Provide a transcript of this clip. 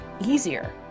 easier